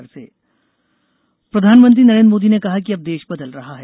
मन की बात प्रधानमंत्री नरेन्द्र मोदी ने कहा कि अब देश बदल रहा है